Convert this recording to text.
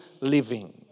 living